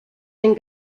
and